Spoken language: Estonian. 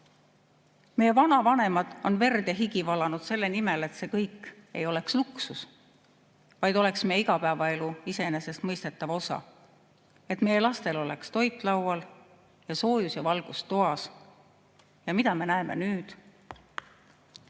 Meie vanavanemad on verd ja higi valanud selle nimel, et see kõik ei oleks luksus, vaid oleks meie igapäevaelu iseenesestmõistetav osa, et meie lastel oleks toit laual ning soojus ja valgus toas. Ja mida me näeme nüüd?